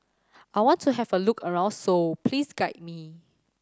I want to have a look around Seoul please guide me